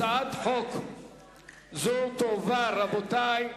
הצעת חוק זו תועבר, רבותי,